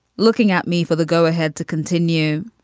looking at me for the go ahead to continue.